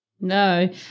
No